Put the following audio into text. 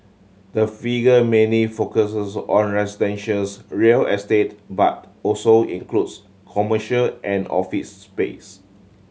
the figure mainly focuses on residentials real estate but also includes commercial and office space